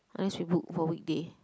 unless we book for weekday